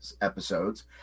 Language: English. episodes